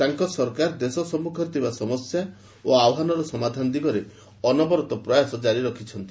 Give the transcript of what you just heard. ତାଙ୍କ ସରକାର ଦେଶ ସମ୍ମୁଖରେ ଥିବା ସମସ୍ୟା ଓ ଆହ୍ୱାନର ସମାଧାନ ଦିଗରେ ଅନବରତ ପ୍ରୟାସ ଜାରି ରଖିଛନ୍ତି